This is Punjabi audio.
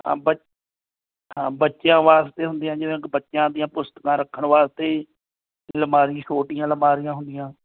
ਆ ਬੱਚਿ ਹਾਂ ਬੱਚਿਆਂ ਵਾਸਤੇ ਹੁੰਦੀਆਂ ਜਿਵੇਂ ਬੱਚਿਆਂ ਦੀਆਂ ਪੁਸਤਕਾਂ ਰੱਖਣ ਵਾਸਤੇ ਅਲਮਾਰੀ ਛੋਟੀਆਂ ਅਲਮਾਰੀਆਂ ਹੁੰਦੀਆਂ